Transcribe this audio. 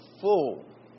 full